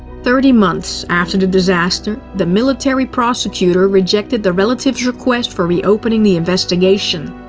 thirty months after the disaster, the military prosecutor rejected the relatives' request for reopening the investigation.